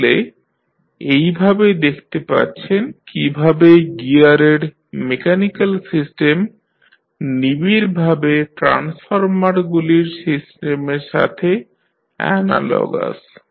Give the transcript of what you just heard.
তাহলে এইভাবে দেখতে পাচ্ছেন কীভাবে গিয়ারের মেকানিক্যাল সিস্টেম নিবিড়ভাবে ট্রান্সফরমারগুলির সিস্টেমের সঙ্গে অ্যানালগাস